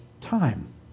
time